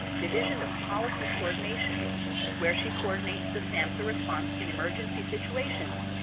division of policy coordination where she coordinates the samhsa response in emergency situations,